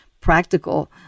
practical